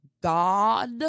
God